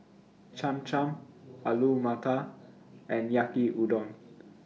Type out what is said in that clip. Cham Cham Alu Matar and Yaki Udon